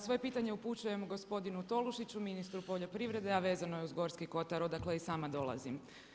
Svoje pitanje upućujem gospodinu Tolušiću, ministru poljoprivrede, a vezano je uz Gorski kotar odakle i sama dolazim.